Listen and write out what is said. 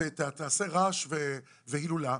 שתעשה רעש והילולה.